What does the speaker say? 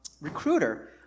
recruiter